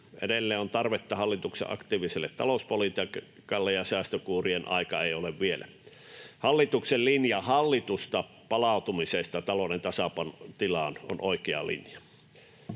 Edelleen on tarvetta hallituksen aktiiviselle talouspolitiikalle, säästökuurien aika ei ole vielä. Hallituksen linja hallitusta palautumisesta talouden tasapainotilaan on oikea linja.